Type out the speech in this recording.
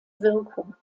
wirkung